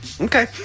Okay